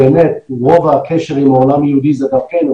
שרוב הקשר עם העולם היהודי זה דרכנו,